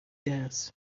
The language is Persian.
درس